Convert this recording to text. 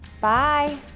bye